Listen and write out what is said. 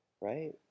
right